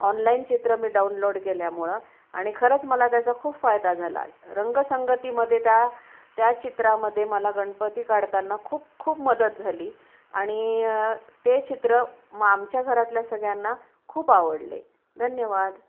online चित्र मी download केल्यामुळं आणि खरंच मला त्याचा खूप फायदा झाला रंगसंगतीमध्ये त्या त्या चित्रामध्ये मला गणपती काढताना खूप खूप मदत झाली आणि ते चित्र म आमच्या घरातल्या सगळ्यांना खूप आवडले धन्यवाद